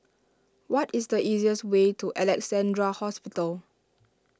what is the easiest way to Alexandra Hospital